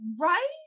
Right